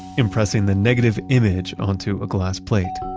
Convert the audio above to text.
impressing the negative image onto a glass plate